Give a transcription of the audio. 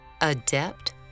adept